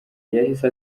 yahise